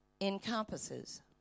encompasses